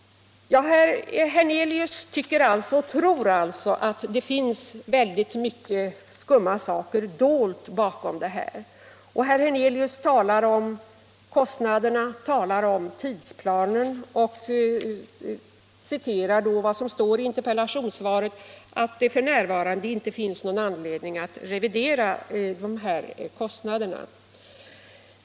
Herr Hernelius tror att det finns väldigt mycket av skumma saker dolt bakom hemligstämpeln. Herr Hernelius talar om kostnaderna och om tidsplanen och citerar vad som står i interpellationssvaret om att det f. n. inte finns någon anledning att revidera budgeten.